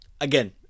again